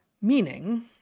Meaning